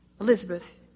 Elizabeth